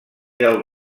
del